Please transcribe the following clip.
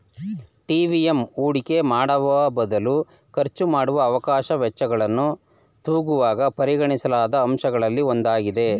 TVM ಹೂಡಿಕೆ ಮಾಡುವಬದಲು ಖರ್ಚುಮಾಡುವ ಅವಕಾಶ ವೆಚ್ಚಗಳನ್ನು ತೂಗುವಾಗ ಪರಿಗಣಿಸಲಾದ ಅಂಶಗಳಲ್ಲಿ ಒಂದಾಗಿದೆ